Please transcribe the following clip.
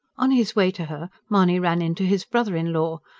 on his way to her mahony ran into his brother-in-law,